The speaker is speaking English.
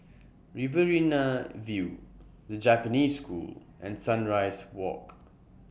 Riverina View The Japanese School and Sunrise Walk